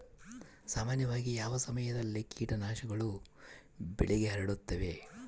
ಸಾಮಾನ್ಯವಾಗಿ ಯಾವ ಸಮಯದಲ್ಲಿ ಕೇಟನಾಶಕಗಳು ಬೆಳೆಗೆ ಹರಡುತ್ತವೆ?